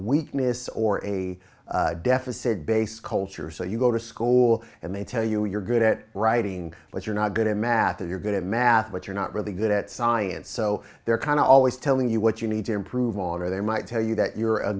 weakness or a deficit based culture so you go to school and they tell you you're good at writing but you're not good at math or you're good at math but you're not really good at science so they're kind of always telling you what you need to improve on or they might tell you that you're a